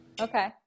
Okay